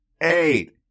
eight